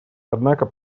однако